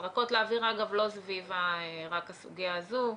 שנזרקות לאוויר, אגב, לא רק סביב הסוגיה הזו.